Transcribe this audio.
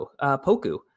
Poku